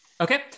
okay